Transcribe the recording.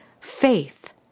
Faith